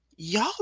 Y'all